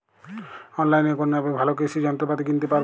অনলাইনের কোন অ্যাপে ভালো কৃষির যন্ত্রপাতি কিনতে পারবো?